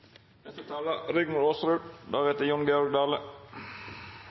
neste år. Representanten Jon Georg Dale